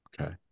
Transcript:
Okay